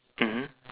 mmhmm